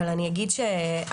אבל אני אגיד שהמרכבה,